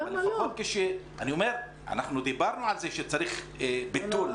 אני אומר, אנחנו דיברנו על זה שצריך ביטול.